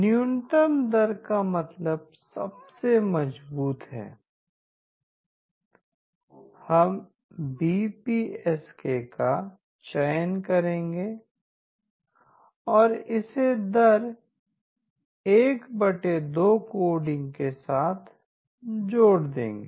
न्यूनतम दर का मतलब सबसे मजबूत है हम बीपीएसके का चयन करेंगे और इसे दर 12 कोडिंग के साथ जोड़ देंगे